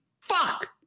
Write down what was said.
Fuck